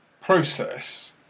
process